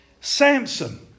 Samson